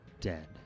dead